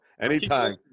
Anytime